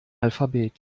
alphabet